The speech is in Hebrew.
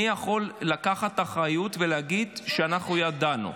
מי יכול לקחת אחריות ולהגיד: אנחנו ידענו.